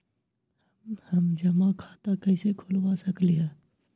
हम जमा खाता कइसे खुलवा सकली ह?